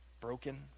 broken